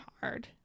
hard